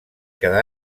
cada